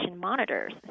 monitors